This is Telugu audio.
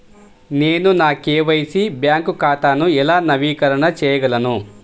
నేను నా కే.వై.సి బ్యాంక్ ఖాతాను ఎలా నవీకరణ చేయగలను?